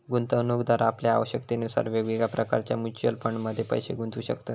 गुंतवणूकदार आपल्या आवश्यकतेनुसार वेगवेगळ्या प्रकारच्या म्युच्युअल फंडमध्ये पैशे गुंतवू शकतत